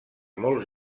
molts